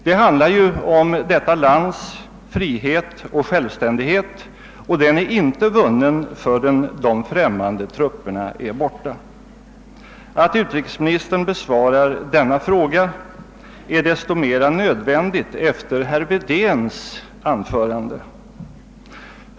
Det handlar ju om ett lands frihet och självständighet, och den är inte vunnen förrän de främmande trupperna är borta. Att utrikesministern besvarar denna fråga är desto mera nödvändigt efter herr Wedéns anförande.